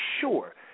sure